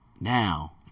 now